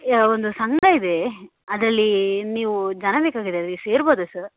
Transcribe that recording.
ಒಂದು ಸಂಘ ಇದೆ ಅದರಲ್ಲಿ ನೀವು ಜನ ಬೇಕಾಗಿದಾರೆ ನೀವು ಸೇರ್ಬೋದಾ ಸರ್